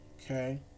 Okay